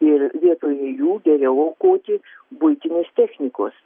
ir vietoje jų geriau aukoti buitinės technikos